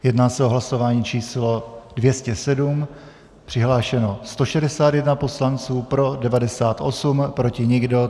Jedná se o hlasování číslo 207, přihlášeno 161 poslanců, pro 98, proti nikdo.